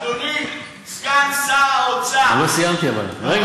אדוני סגן שר האוצר, לא סיימתי אבל, רגע.